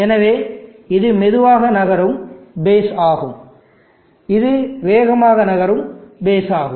எனவே இது மெதுவாக நகரும் பேஸ் ஆகும் இது வேகமாக நகரும் பாயிண்ட் ஆகும்